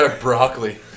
Broccoli